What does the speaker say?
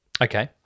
Okay